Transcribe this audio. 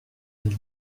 ils